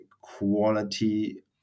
quality